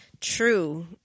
True